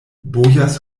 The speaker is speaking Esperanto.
bojas